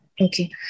Okay